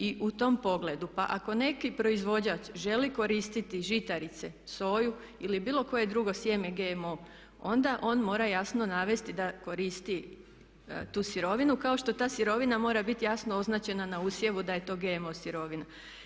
I u tom pogledu, pa ako neki proizvođač želi koristiti žitarice, soju ili bilo koje drugo sjeme GMO, onda on mora jasno navesti da koristi tu sirovinu kao što ta sirovina mora biti jasno označena na usjevu da je to GMO sirovina.